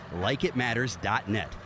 LikeItMatters.net